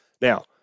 Now